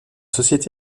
société